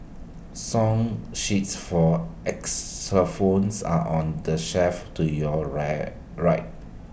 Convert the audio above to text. song sheets for xylophones are on the shelf to your right right